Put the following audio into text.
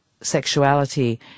sexuality